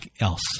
else